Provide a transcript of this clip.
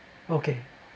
okay